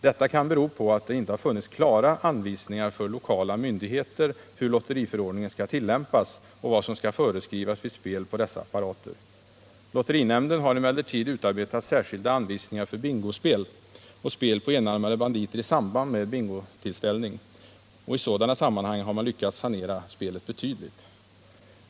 Det kan bero på att det inte funnits klara anvisningar för lokala myndigheter om hur lotteriförordningen skall tillämpas och om vad som skall föreskrivas vid spel på dessa apparater. Lotterinämnden har emellertid utarbetat särskilda anivsningar för bingospel och spel på enarmade banditer i samband med bingotillställningar, och i sådana sammanhang har man lyckats sanera spelet betydligt.